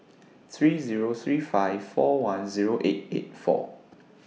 three Zero three five four one Zero eight eight four